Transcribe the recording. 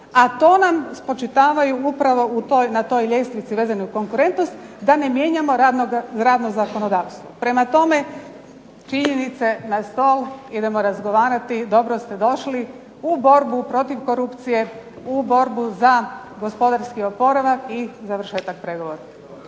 a to nam spočitavaju upravo na toj ljestvici vezano uz konkurentnost da ne mijenjamo radno zakonodavstvo. Prema tome, činjenice na stol, idemo razgovarati dokle ste došli u borbu protiv korupcije, u borbu za gospodarski oporavak i završetak pregovora.